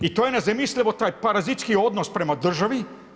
I to je nezamislivo, taj parazitski odnos prema državi.